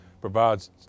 provides